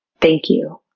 thank you.